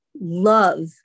Love